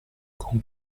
con